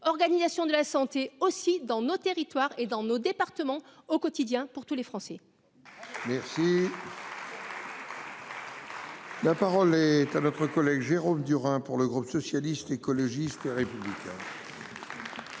organisation de la santé aussi dans nos territoires et dans nos départements au quotidien pour tous les Français. La parole est à notre collègue Jérôme Durain pour le groupe socialiste, écologiste et républicain.